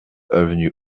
avenue